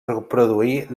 reproduir